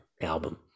album